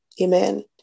Amen